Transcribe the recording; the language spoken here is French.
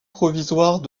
provisoires